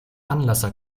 anlasser